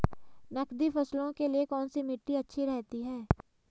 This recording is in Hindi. नकदी फसलों के लिए कौन सी मिट्टी अच्छी रहती है?